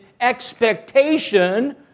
expectation